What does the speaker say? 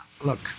Look